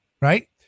Right